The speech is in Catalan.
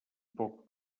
poc